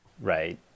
Right